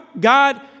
God